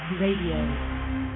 Radio